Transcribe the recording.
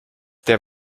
der